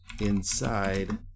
inside